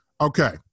Okay